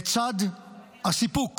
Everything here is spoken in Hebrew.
לצד הסיפוק